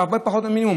הרבה פחות מהמינימום.